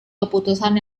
keputusan